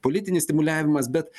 politinis stimuliavimas bet